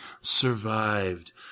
survived